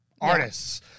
artists